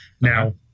Now